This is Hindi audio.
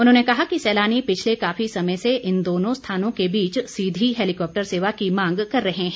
उन्होंने कहा कि सैलानी पिछले काफी समय से इन दोनों स्थानों के बीच सीधी हैलीकॉप्टर सेवा की मांग कर रहे हैं